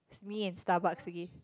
me and Starbucks okay